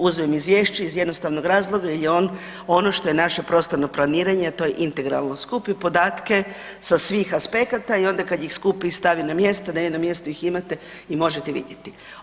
uzmem izvješće iz jednostavnog razloga jer je on ono što je naše prostorno planiranje, a to je integralno skupi podatke sa svih aspekata i onda kad ih skupi i stavi na jedno mjesto, na jednom mjestu ih imate i možete vidjeti.